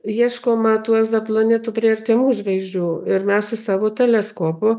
ieškoma tų egzoplanetų prie artimų žvaigždžių ir mes su savo teleskopu